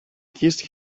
kissed